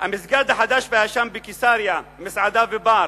המסגד החדש והישן בקיסריה, מסעדה ובר,